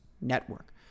network